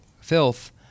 filth